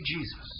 Jesus